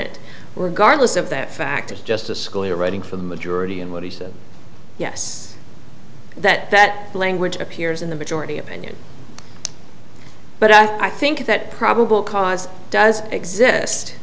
it regardless of that fact is justice scalia writing for the majority and what he said yes that that language appears in the majority opinion but i think that probable cause does exist